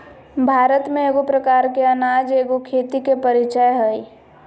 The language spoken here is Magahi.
भारत में एगो प्रकार के अनाज एगो खेती के परीचय हइ